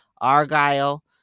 Argyle